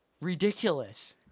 ridiculous